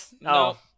No